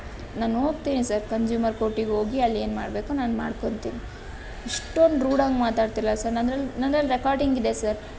ನಾನು ಹೋಗ್ತೀನಿ sir consumer ಕೋರ್ಟಿಗೆ ಹೋಗಿ ಅಲ್ಲೇನು ಮಾಡಬೇಕೋ ನಾನು ಮಾಡ್ಕೊತೀನಿ ಇಷ್ಟೊಂದು ರೂಡಾಗಿ ಮಾತಾಡ್ತೀರಲ್ಲ ಸರ್ ನನ್ನದ್ರಲ್ಲಿ ನನ್ನದ್ರಲ್ಲಿ ರೆಕಾರ್ಡಿಂಗ್ ಇದೆ ಸರ್